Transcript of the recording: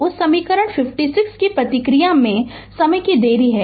उस समीकरण 57 की प्रतिक्रिया में समय की देरी है